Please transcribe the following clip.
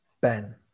Ben